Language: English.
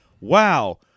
wow